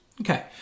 Okay